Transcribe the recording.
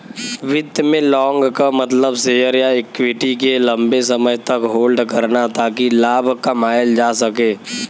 वित्त में लॉन्ग क मतलब शेयर या इक्विटी के लम्बे समय तक होल्ड करना ताकि लाभ कमायल जा सके